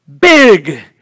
big